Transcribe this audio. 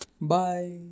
Bye